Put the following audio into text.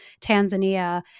Tanzania